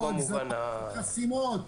יהיו חסימות